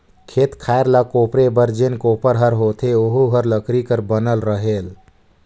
खेत खायर ल कोपरे बर जेन कोपर हर होथे ओहू हर लकरी कर बनल रहेल